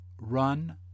run